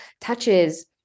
touches